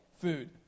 food